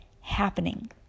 happening